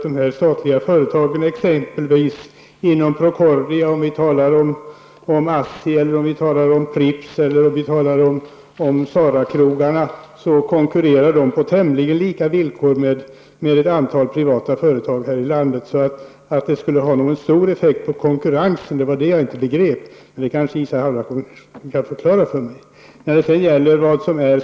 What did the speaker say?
De statliga företagen inom Procordia, exempelvis Pripps eller Sarakrogarna, konkurrerar på tämligen lika villkor med ett antal privata företag i landet. Att en försäljning av statliga företag skulle få någon större effekt på konkurrensen förstår jag alltså inte. Isa Halvarsson kan kanske förklara för mig hur det ligger till.